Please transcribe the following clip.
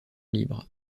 libre